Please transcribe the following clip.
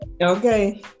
Okay